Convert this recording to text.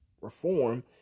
reform